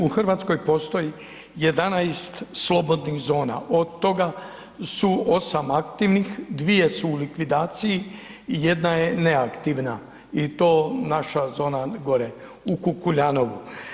U Hrvatskoj postoji 11 slobodnih zona od toga su 8 aktivnih, 2 su u likvidaciji, jedna je neaktivna i to naša zona gore u Kukuljanovu.